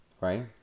right